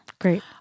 Great